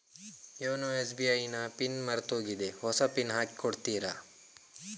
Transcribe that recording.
YONO SBI ನ PIN ಮರ್ತೋಗಿದೆ ಹೊಸ ಪಿನ್ ಹಾಕಿ ಕೊಡ್ತೀರಾ?